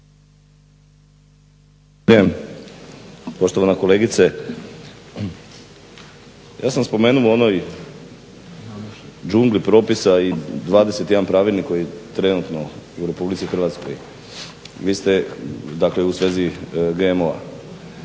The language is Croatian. Poštovana kolegice, ja sam spomenuo u onoj džungli propisa i 21 pravilnik koji je trenutno u Republici Hrvatskoj u svezi GMO-a.